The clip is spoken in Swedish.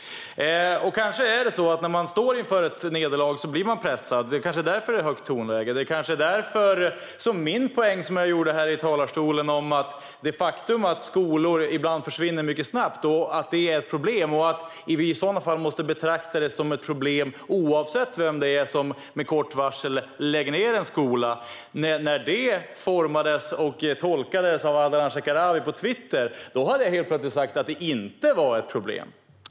Kanske är det så att man blir pressad när man står inför ett nederlag. Det är kanske därför som det är ett högt tonläge. Det är kanske därför som min poäng som jag gjorde här i talarstolen - den handlade om det faktum att skolor ibland försvinner mycket snabbt och att det är ett problem och att vi i sådana fall måste betrakta det som ett problem oavsett vem det är som med kort varsel lägger ned en skola - tolkades av Ardalan Shekarabi på Twitter som att jag hade sagt att det inte är ett problem.